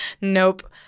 Nope